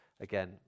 Again